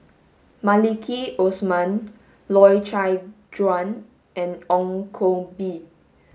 Maliki Osman Loy Chye Chuan and Ong Koh Bee